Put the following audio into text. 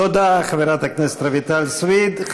תודה לחברת הכנסת רויטל סויד.